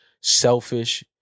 selfish